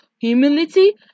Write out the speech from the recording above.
humility